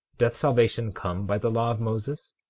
doth salvation come by the law of moses?